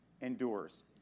Endures